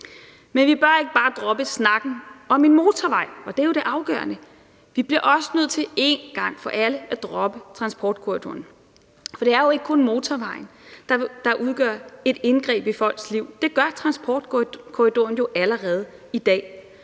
Men vi bør ikke bare droppe snakken om en motorvej, og det er jo det afgørende, vi bliver også nødt til en gang for alle at droppe transportkorridoren, for det er jo ikke kun motorvejen, der udgør et indgreb i folks liv, det gør transportkorridoren jo allerede i dag.